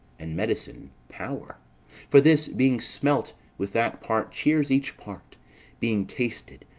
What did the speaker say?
and medicine power for this, being smelt, with that part cheers each part being tasted,